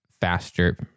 faster